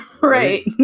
Right